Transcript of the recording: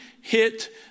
hit